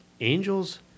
angels